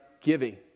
giving